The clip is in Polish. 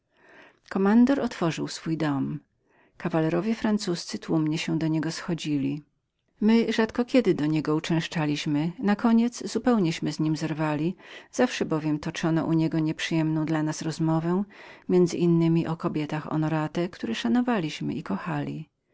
kommandor otworzył swój dom kawalerowie francuzcy tłumnie się do niego schodzili my rzadko kiedy do niego uczęszczaliśmy nakoniec zupełnieśmy z nim zerwali zawsze bowiem toczono u niego nieprzyjemną dla nas rozmowę zwłaszcza zaś o zaszczytnych kobietach które szanowaliśmy i kochali